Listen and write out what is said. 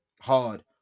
hard